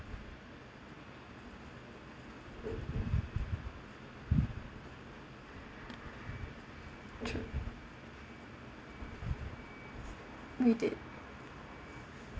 true we did